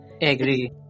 Agree